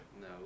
No